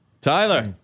Tyler